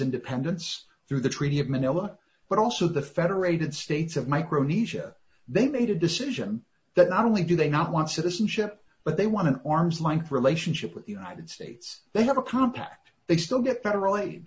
independence through the treaty of manila but also the federated states of micronesia they made a decision that not only do they not want citizenship but they want an arm's length relationship with the united states they have a compact they still get federal aid